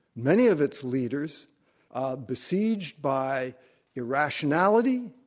many of its leaders besieged by irrationality,